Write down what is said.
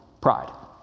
pride